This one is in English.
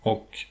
Och